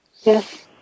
Yes